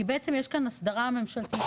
כי בעצם יש כאן הסדרה ממשלתית,